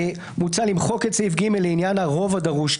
מוצע למחוק את סעיף קטן (ג) לעניין הרוב הדרוש,